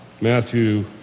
Matthew